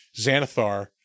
Xanathar